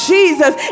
Jesus